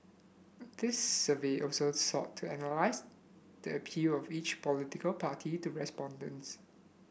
this survey also sought to analyse the appeal of each political party to respondents